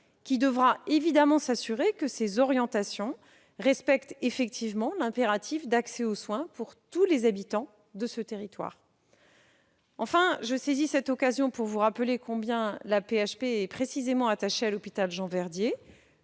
qui devra s'assurer que ces orientations respectent effectivement l'impératif d'accès aux soins pour tous les habitants de ce territoire. Enfin, je saisis cette occasion pour vous rappeler combien l'AP-HP est précisément attachée à l'hôpital Jean-Verdier,